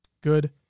Good